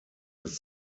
his